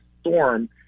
storm